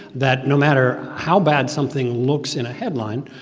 that no matter how bad something looks in a headline,